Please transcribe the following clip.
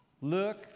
look